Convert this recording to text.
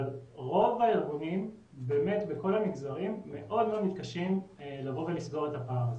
רוב הארגונים בכל המגזרים מאוד מתקשים לבוא ולסגור את הפער הזה.